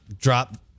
drop